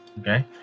Okay